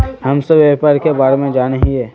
हम सब व्यापार के बारे जाने हिये?